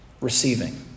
receiving